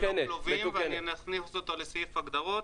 ללא כלובים ונכניס אותו לסעיף ההגדרות.